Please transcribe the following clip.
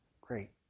Great